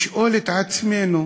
לשאול את עצמנו